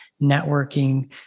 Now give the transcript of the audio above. networking